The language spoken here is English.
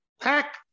pack